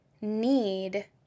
need